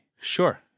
Sure